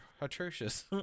atrocious